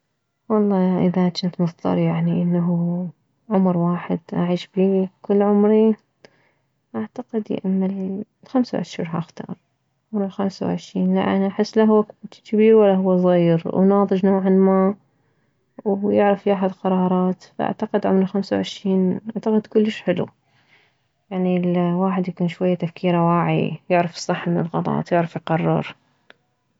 والله اذا جنت مضطر ايعني انه عمر واحد اعيش بيه كل عمري اعتقد يا اما الخمسة و عشرين راح اختار عمر الخمسة وعشرين لان احس انه لا هو جبير ولا هو صغير وناضج نوعا ما ويعرف ياخذ قرارات فاعتقد عمر الخمسة وعشرين اعتقد كلش حلو يعني الواحد يكون شوية تفكيره واعي يعرف الصح من الغلط يعرف يقرر